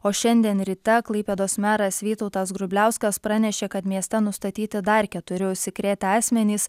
o šiandien ryte klaipėdos meras vytautas grubliauskas pranešė kad mieste nustatyti dar keturi užsikrėtę asmenys